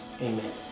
amen